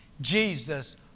Jesus